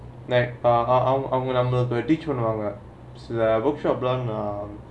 like uh அவங்க நம்பேளுக்கு:avangga nambaelukku teach பண்வவாங்கே சில:panvaangga sila bookshop